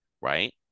right